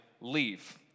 leave